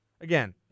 Again